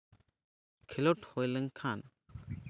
ᱠᱷᱮᱞᱳᱰ ᱦᱚᱭ ᱞᱮᱱᱠᱷᱟᱱ